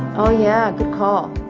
oh, yeah, good call.